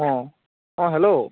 অঁ um hello